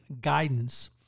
guidance